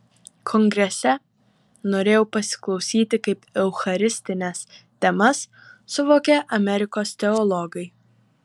kongrese norėjau pasiklausyti kaip eucharistines temas suvokia amerikos teologai